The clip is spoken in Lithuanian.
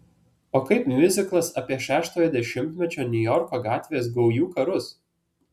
o kaip miuziklas apie šeštojo dešimtmečio niujorko gatvės gaujų karus